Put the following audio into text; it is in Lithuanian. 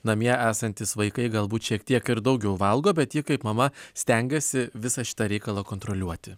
namie esantys vaikai galbūt šiek tiek ir daugiau valgo bet ji kaip mama stengiasi visą šitą reikalą kontroliuoti